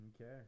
Okay